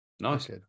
Nice